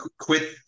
quit